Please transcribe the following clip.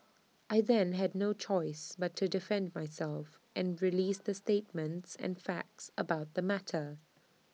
I then had no choice but to defend myself and release the statements and facts about the matter